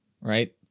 right